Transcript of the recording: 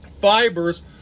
fibers